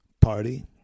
Party